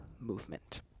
movement